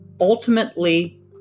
Ultimately